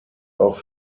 auch